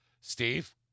Steve